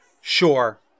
Sure